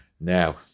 Now